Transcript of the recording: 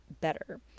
better